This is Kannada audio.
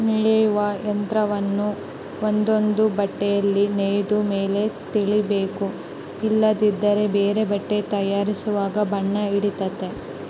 ನೇಯುವ ಯಂತ್ರವನ್ನ ಒಂದೊಂದೇ ಬಟ್ಟೆಯನ್ನು ನೇಯ್ದ ಮೇಲೆ ತೊಳಿಬೇಕು ಇಲ್ಲದಿದ್ದರೆ ಬೇರೆ ಬಟ್ಟೆ ತಯಾರಿಸುವಾಗ ಬಣ್ಣ ಹಿಡಿತತೆ